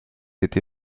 été